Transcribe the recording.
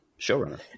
showrunner